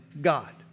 God